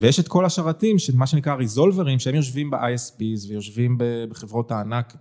ויש את כל השרתים, מה שנקרא ריזולברים, שהם יושבים ב-ISPs ויושבים בחברות הענק.